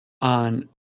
on